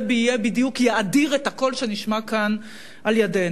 זה יאדיר את הקול שנשמע כאן על-ידינו.